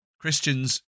Christians